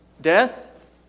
death